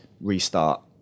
restart